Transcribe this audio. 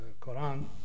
Quran